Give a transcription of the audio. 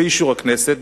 באישור הכנסת,